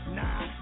nah